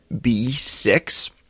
B6